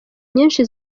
nyinshi